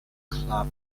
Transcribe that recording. club